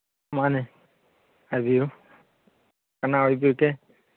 ꯃꯥꯅꯦ ꯍꯥꯏꯕꯤꯌꯨ ꯀꯅꯥ ꯑꯣꯏꯕꯤꯔꯒꯦ